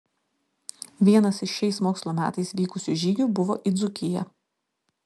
vienas iš šiais mokslo metais vykusių žygių buvo į dzūkiją